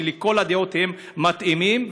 שלכל הדעות הם מתאימים,